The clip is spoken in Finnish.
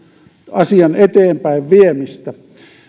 asian eteenpäinviemistä